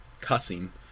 cussing